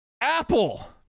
Apple